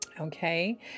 Okay